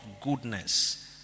goodness